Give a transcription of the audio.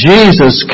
Jesus